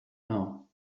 now